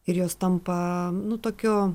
ir jos tampa nu tokiu